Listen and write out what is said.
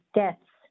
deaths